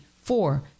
four